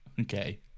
Okay